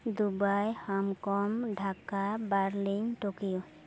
Dubai Hong Kong Dhaka Berlin Tokyo